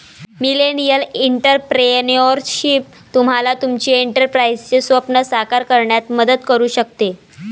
millennial entrepreneurship तुम्हाला तुमचे एंटरप्राइझचे स्वप्न साकार करण्यात मदत करू शकते